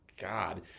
God